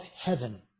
heaven